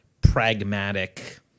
pragmatic